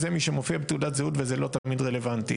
זה מי שמופיע בתעודת זהות וזה לא תמיד רלוונטי.